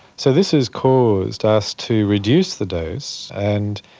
so this has caused us to reduce the dose and,